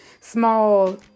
small